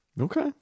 Okay